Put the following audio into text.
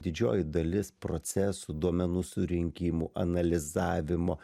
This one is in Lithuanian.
didžioji dalis procesų duomenų surinkimų analizavimo